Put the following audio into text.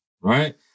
Right